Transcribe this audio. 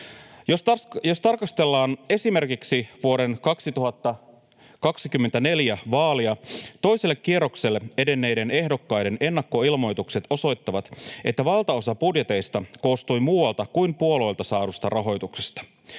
Jos tarkastellaan esimerkiksi vuoden 2024 vaalia, toiselle kierrokselle edenneiden ehdokkaiden ennakkoilmoitukset osoittavat, että valtaosa budjeteista koostui muualta kuin puolueilta saadusta rahoituksesta.